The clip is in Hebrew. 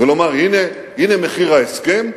ולומר: הנה, הנה מחיר ההסכם,